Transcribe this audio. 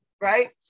right